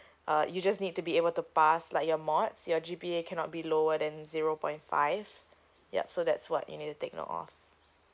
uh you just need to be able to pass like your mods your G_P_A cannot be lower than zero point five yup so that's what you need to take note of